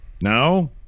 No